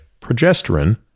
progesterone